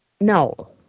No